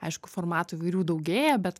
aišku formatų įvairių daugėja bet